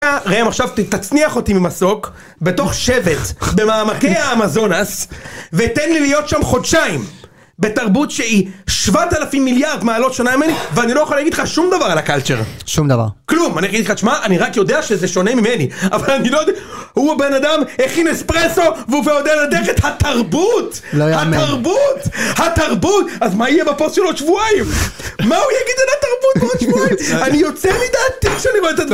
רם עכשיו תצניח אותי ממסוק, בתוך שבט במעמקי האמזונס, ותן לי להיות שם חודשיים, בתרבות שהיא 7,000 מיליארד מעלות שונה ממני, ואני לא יכול להגיד לך שום דבר על הקלטשר, שום דבר כלום! אני אגיד לך ת'שמע, אני רק יודע שזה שונה ממני, אבל אני לא יודע... הוא הבן אדם, הכין אספרסו והוא כבר יודע לתת את ההתרבות! התרבות! התרבות! אז מה יהיה בפוסט של עוד שבועיים? מה הוא יגיד על התרבות בעוד שבועיים? אני יוצא מדעתי כשאני רואה את הדבר